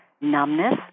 numbness